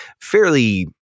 fairly